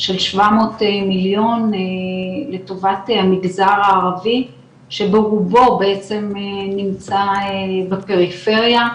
של 700 מיליון לטובת המגזר הערבי שרובו בעצם נמצא בפריפריה.